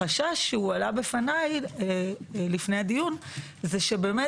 החשש שהועלה בפניי לפני הדיון זה שבאמת